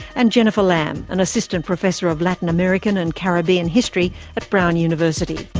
and jennifer lambe, an assistant professor of latin american and caribbean history at brown university.